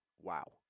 Wow